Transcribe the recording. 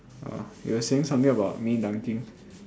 err you were saying something about me dunking